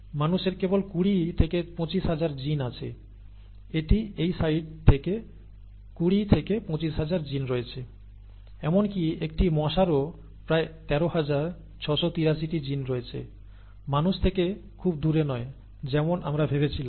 মানুষের কেবল 20 থেকে 25 হাজার জিন আছে এটি এই সাইট থেকে 20 থেকে 25 হাজার জিন রয়েছে এমনকি একটি মশারও প্রায় 13683 জিন রয়েছে মানুষ থেকে খুব দূরে নয় যেমন আমরা ভেবেছিলাম